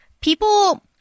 people